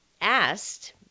asked